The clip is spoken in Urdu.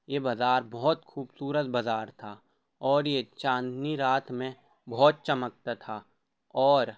یہ بازار بہت خوبصورت بازار تھا اور یہ چاندنی رات میں بہت چمکتا تھا اور